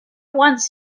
once